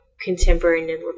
contemporary